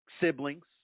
siblings